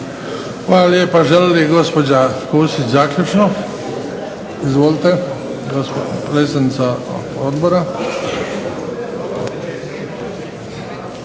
Hvala lijepa. Želi li gospođa Pusić, zaključno? Izvolite predsjednica Odbora.